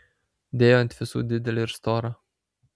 dėjo ant visų didelį ir storą